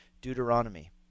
Deuteronomy